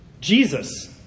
Jesus